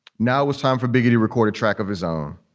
now with time for biggie recorded track of his own.